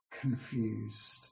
confused